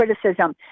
criticism